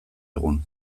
egun